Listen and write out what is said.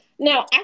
Now